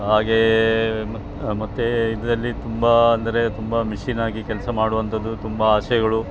ಹಾಗೇ ಮತ್ತು ಮತ್ತು ಇದರಲ್ಲಿ ತುಂಬ ಅಂದರೆ ತುಂಬ ಮಿಷಿನ್ ಹಾಕಿ ಕೆಲಸ ಮಾಡುವಂಥದ್ದು ತುಂಬ ಆಸೆಗಳು